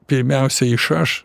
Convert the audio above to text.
pirmiausia iš aš